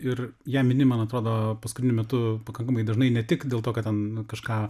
ir ją mini man atrodo paskutiniu metu pakankamai dažnai ne tik dėl to kad ten kažką